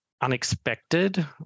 unexpected